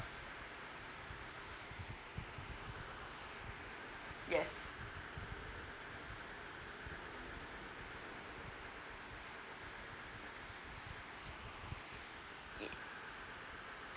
yes mm